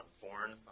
Born